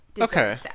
okay